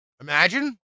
Imagine